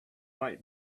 might